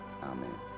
Amen